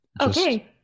Okay